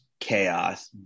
chaos